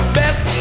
best